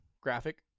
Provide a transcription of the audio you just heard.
graphic